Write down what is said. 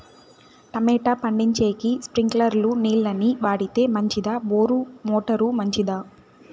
Tomato పండించేకి స్ప్రింక్లర్లు నీళ్ళ ని వాడితే మంచిదా బోరు మోటారు మంచిదా?